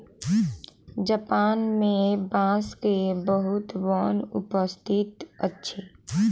Japan मे बांस के बहुत वन उपस्थित अछि